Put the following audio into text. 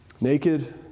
Naked